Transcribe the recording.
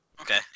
Okay